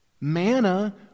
Manna